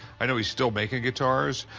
i know he's still making guitars.